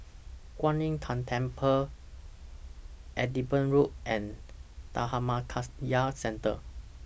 Kuan Im Tng Temple Edinburgh Road and Dhammakaya Centre